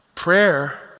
Prayer